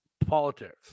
politics